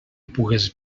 pugues